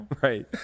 Right